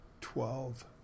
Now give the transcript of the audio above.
twelve